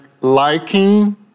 liking